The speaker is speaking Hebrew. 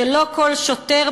שלא כל שוטר,